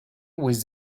with